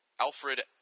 Alfred